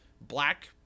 black